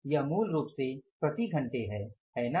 यह मूल रूप से प्रति घंटे है है ना